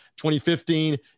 2015